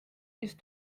just